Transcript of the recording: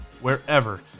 wherever